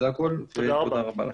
תודה.